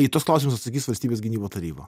į tus klausimus atsakys valstybės gynybo taryba